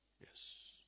Yes